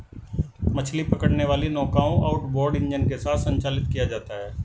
मछली पकड़ने वाली नौकाओं आउटबोर्ड इंजन के साथ संचालित किया जाता है